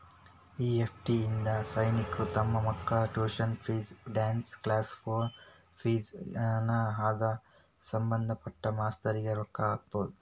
EFT ಇಂದಾ ಸೈನಿಕ್ರು ತಮ್ ಮಕ್ಳ tuition fees, dance class fees ನಾ ಅದ್ಕ ಸಭಂದ್ಪಟ್ಟ ಮಾಸ್ತರ್ರಿಗೆ ರೊಕ್ಕಾ ಹಾಕ್ಬೊದ್